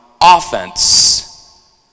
offense